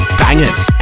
bangers